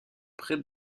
près